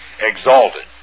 exalted